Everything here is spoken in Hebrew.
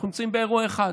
אנחנו נמצאים באירוע אחד,